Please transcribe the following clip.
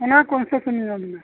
ᱚᱱᱟ ᱠᱚᱱᱥᱮᱥᱚᱱ ᱤᱧ ᱧᱟᱢᱮᱫᱟ